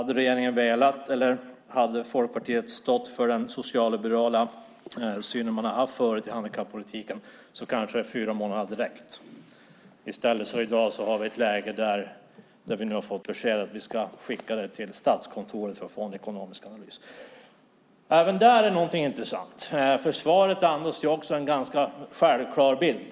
Om Folkpartiet hade stått för den socialliberala syn de har haft förut i handikappolitiken kanske fyra månader hade räckt. I stället har vi i dag ett läge där vi har fått beskedet att utredningen ska skickas till Statskontoret för en ekonomisk analys. Svaret andas en ganska självklar bild.